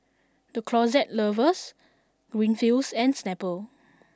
The Closet Lovers Greenfields and Snapple